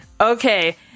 okay